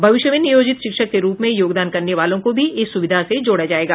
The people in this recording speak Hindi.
भविष्य में नियोजित शिक्षक के रूप में योगदान करने वालों को भी इस सुविधा से जोड़ा जायेगा